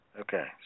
Okay